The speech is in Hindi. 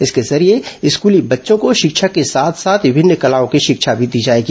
इसके जरिये स्कली बच्चों को शिक्षा के साथ साथ विभिन्न कलाओं की शिक्षा दी जाएगी